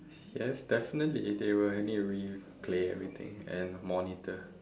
yes definitely they will need to replay everything and monitor